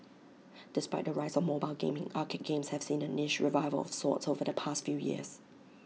despite the rise of mobile gaming arcade games have seen A niche revival of sorts over the past few years